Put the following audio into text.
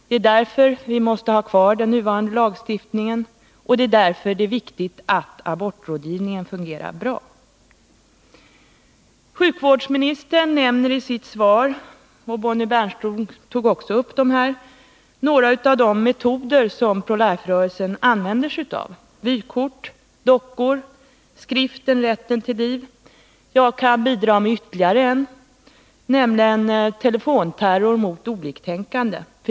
Det är därför vi måste ha kvar den nuvarande lagstiftningen, och det är därför det är viktigt att abortrådgivningen fungerar bra. Sjukvårdsministern nämner i sitt svar — liksom Bonnie Bernström i sitt anförande — några av de metoder Pro Life-rörelsen använder sig av — vykort, dockor och skriften Rätten till liv. Jag kan bidra med ytterligare en metod, nämligen telefonterror mot oliktänkande.